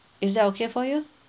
is that okay for you